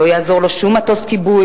משום שגם בחוק המקורי,